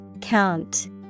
Count